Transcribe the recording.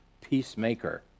Peacemaker